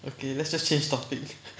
okay let's just change topic